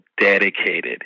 dedicated